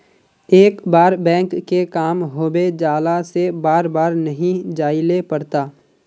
एक बार बैंक के काम होबे जाला से बार बार नहीं जाइले पड़ता?